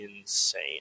insane